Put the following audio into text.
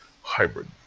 hybrid